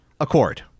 accord